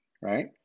right